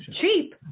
cheap